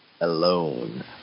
alone